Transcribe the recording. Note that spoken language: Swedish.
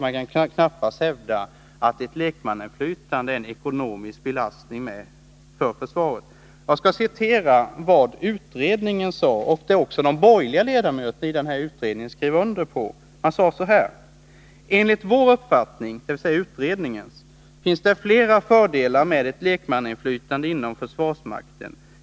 Man kan knappast hävda att ett lekmannainflytande är en ekonomisk belastning för försvaret. Jag skall citera vad utredningen sade, vilket också de borgerliga ledamöterna i utredningen skrev under på: ”Enligt vår uppfattning finns det flera fördelar med ett lekmannainflytande inom försvarsmakten.